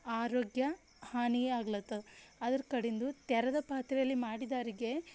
ಆರೋಗ್ಯ ಹಾನಿ ಆಗ್ಲತವ ಅದರ ಕಡಿಂದು ತೆರೆದ ಪಾತ್ರೆಯಲ್ಲಿ ಮಾಡಿದ ಅಡ್ಗೆ